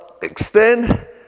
Extend